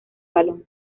balón